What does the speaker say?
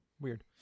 Weird